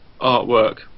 artwork